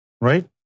right